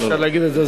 אפשר להגיד את זה,